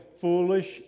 foolish